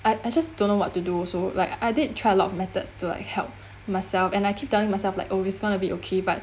I I just don't know what to do also like I did try a lot of methods to help myself and I keep telling myself like oh it's gonna be okay but